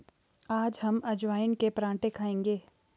आज हम अजवाइन के पराठे खाएंगे